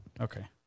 Okay